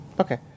Okay